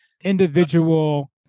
individual